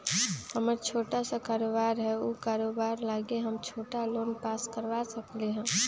हमर छोटा सा कारोबार है उ कारोबार लागी हम छोटा लोन पास करवा सकली ह?